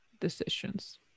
decisions